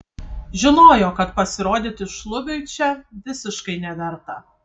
žinojo kad pasirodyti šlubiui čia visiškai neverta